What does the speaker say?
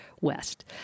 west